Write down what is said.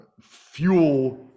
fuel